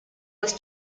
was